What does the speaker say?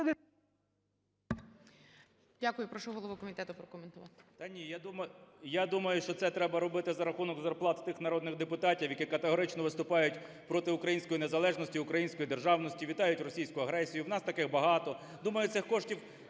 Прошу голову комітету прокоментувати.